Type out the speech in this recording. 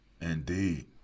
Indeed